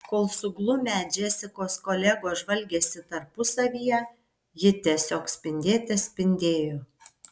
kol suglumę džesikos kolegos žvalgėsi tarpusavyje ji tiesiog spindėte spindėjo